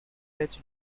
tête